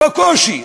בקושי.